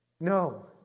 No